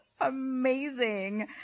amazing